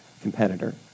competitor